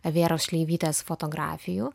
vėros šleivytės fotografijų